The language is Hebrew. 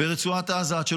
ברצועת עזה.